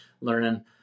learning